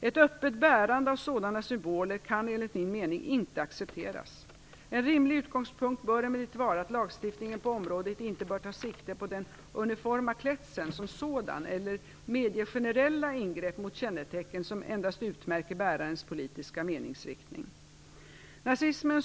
Ett öppet bärande av sådana symboler kan enligt min mening inte accepteras. En rimlig utgångspunkt bör emellertid vara att lagstiftningen på området inte bör ta sikte på den uniforma klädseln som sådan eller medge generella ingrepp mot kännetecken som endast utmärker bärarens politiska meningsriktning.